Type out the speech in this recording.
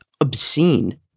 obscene